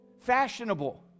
fashionable